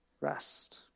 rest